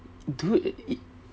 dude